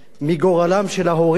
מגורלם של ההורים,